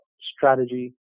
strategy